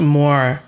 more